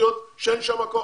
לקונסוליות שאין שם כוח-אדם?